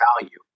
value